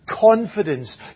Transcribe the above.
confidence